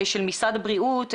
של משרד הבריאות,